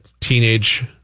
teenage